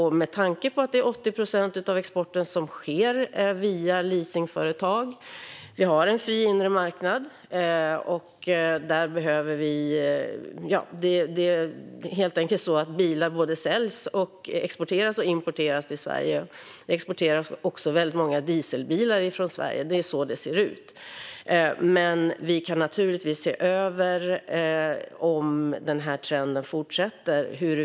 Med tanke på att 80 procent av exporten sker via leasingföretag behöver vi naturligtvis se över om trenden fortsätter. Det kan finnas skäl till differentiering av bonus till leasingföretag, om de sätter detta i system. I stället kan man se till att privatpersoner får den högre bonusen.